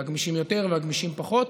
והגמישים יותר והגמישים פחות,